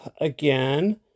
again